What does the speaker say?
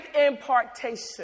impartation